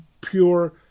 pure